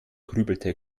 grübelte